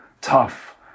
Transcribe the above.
tough